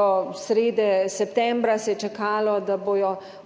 do srede septembra se je čakalo, da bodo občine